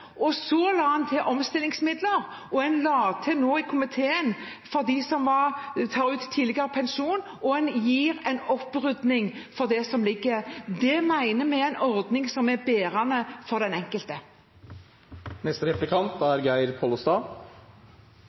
den. Så la en til omstillingsmidler, og i komiteen la en til for dem som tar ut tidlig pensjon, og en rydder opp i det som ligger der. Det mener vi er en ordning som er bærende for den